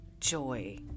joy